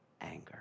anger